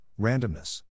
randomness